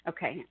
Okay